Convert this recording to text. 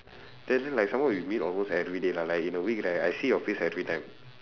then like some more we meet almost everyday lah like in a week right I see your face everytime